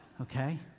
okay